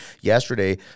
yesterday